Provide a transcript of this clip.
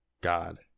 God